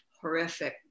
horrific